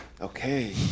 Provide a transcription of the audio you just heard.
okay